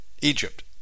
Egypt